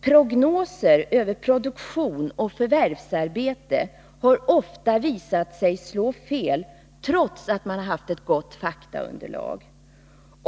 Prognoser över produktion och förvärvsarbete har ofta visat sig slå fel, trots att man har haft ett gott faktaunderlag.